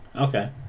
Okay